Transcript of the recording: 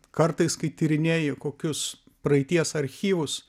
kartais kai tyrinėji kokius praeities archyvus